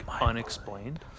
unexplained